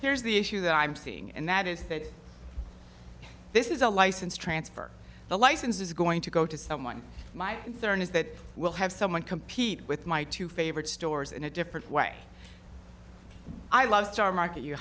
here's the issue that i'm seeing and that is that this is a license transfer the license is going to go to someone my concern is that we'll have someone compete with my two favorite stores in a different way i love star market you